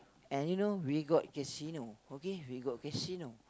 and you know we got Casino okay we got Casino